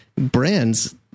brands